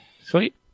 Sweet